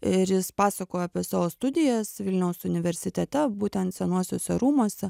ir jis pasakojo apie savo studijas vilniaus universitete būtent senuosiuose rūmuose